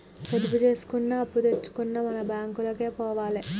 పొదుపు జేసుకున్నా, అప్పుదెచ్చుకున్నా మన బాంకులకే పోవాల